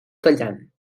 tallant